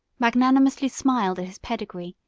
magnanimously smiled at his pedigree,